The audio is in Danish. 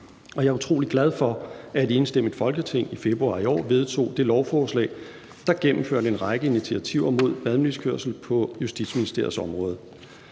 jeg er utrolig glad for, at et enstemmigt Folketing i februar i år vedtog det lovforslag, der gennemførte en række initiativer på Justitsministeriets område